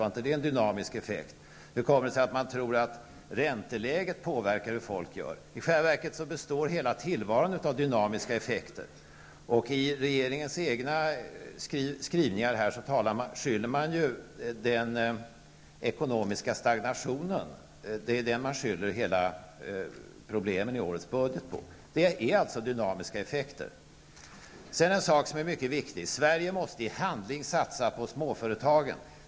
Var detta inte en dynamisk effekt? Hur kommer det sig att man tror att ränteläget påverkar hur folk gör? I själva verket består hela tillvaron av dynamiska effekter. I regeringens egna skrivningar skyller man alla problem i årets budget på den ekonomiska stagnationen. Det är dynamiska effekter. Sedan vill jag säga en sak som är mycket viktig. Sverige måste i handling satsa på småföretagen.